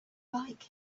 like